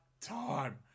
time